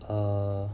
err